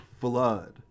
flood